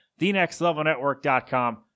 TheNextLevelNetwork.com